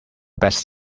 best